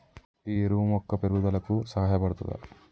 ఈ ఎరువు మొక్క పెరుగుదలకు సహాయపడుతదా?